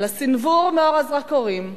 על הסנוור מאור הזרקורים,